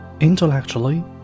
Intellectually